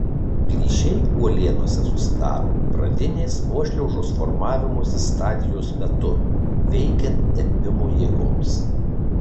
plyšiai uolienose susidaro pradinės nuošliaužos formavimosi stadijos metu veikiant tempimo jėgoms